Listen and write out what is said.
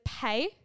pay